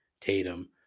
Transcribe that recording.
Tatum